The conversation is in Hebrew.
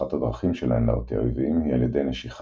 אחת הדרכים שלהן להרתיע אויבים היא על ידי נשיכה.